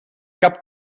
cap